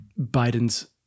Biden's